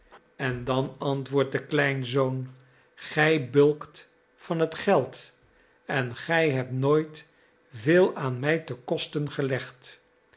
en dan antwoordt de kleinzoon gij bulkt van het geld en gij hebt nooit veel aan mij te kosten gelegd